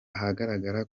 ahagaragara